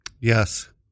Yes